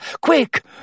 Quick